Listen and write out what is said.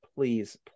please